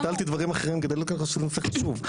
ביטלתי דברים אחרים כי זה נושא חשוב.